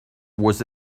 was